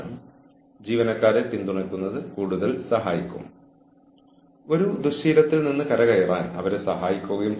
പക്ഷേ അപ്രതീക്ഷിതമായ പെരുമാറ്റം കൈകാര്യം ചെയ്യുന്നതിനുള്ള പൊതു നടപടിക്രമങ്ങളെക്കുറിച്ചാണ് നമ്മൾ സംസാരിക്കുന്നത്